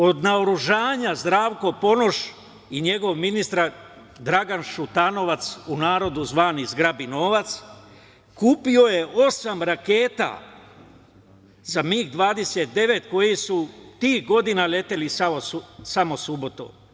Od naoružanja, Zdravko Ponoš i njegov ministar Dragan Šutanovac, u narodu zvani "zgrabi novac" kupio je osam raketa za MIG-29 koji su tih godina leteli samo subotom.